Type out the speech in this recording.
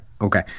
Okay